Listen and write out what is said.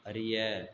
அறிய